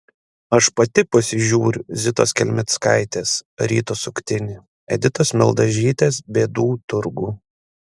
aš pati pasižiūriu zitos kelmickaitės ryto suktinį editos mildažytės bėdų turgų